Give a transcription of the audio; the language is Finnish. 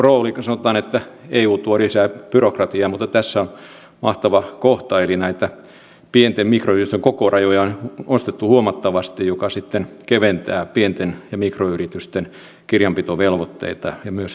sitten sanotaan että eu tuo lisää byrokratiaa mutta tässä on mahtava kohta eli näitä pien ja mikroyritysten kokorajoja on nostettu huomattavasti mikä sitten keventää pien ja mikroyritysten kirjanpitovelvoitteita ja myös tilintarkastusvelvoitteita